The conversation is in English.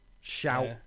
Shout